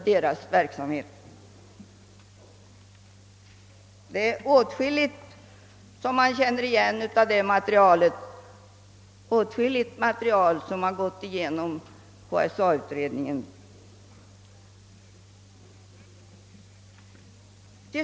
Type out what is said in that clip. Det är åtskilligt i detta material som man känner igen och som gått igenom KSA-utredningen.